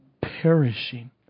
perishing